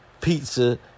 pizza